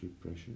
pressure